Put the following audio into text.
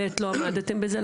ב' לא עמדתם בזה,